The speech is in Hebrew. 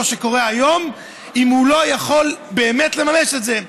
שקורה היום אם הוא לא יכול באמת לממש את זה.